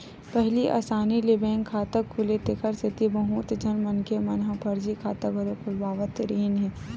पहिली असानी ले बैंक खाता खुलय तेखर सेती बहुत झन मनखे मन ह फरजी खाता घलो खोलवावत रिहिन हे